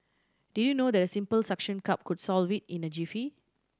did you know that a simple suction cup could solve it in a jiffy